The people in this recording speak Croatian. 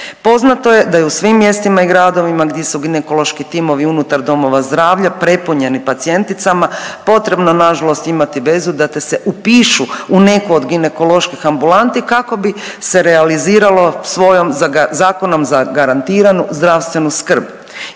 Poznato je da i u svim mjestima i gradovima gdje su ginekološki timovi unutar domova zdravlja prepunjeni pacijenticama potrebno na žalost imati vezu da te se upišu u neku od ginekoloških ambulanti kako bi se realiziralo svojom zakonom zagarantiranu zdravstvenu skrb.